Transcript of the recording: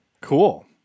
Cool